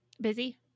Busy